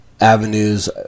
avenues